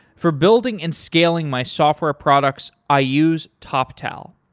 for building and scaling my software products i use toptal.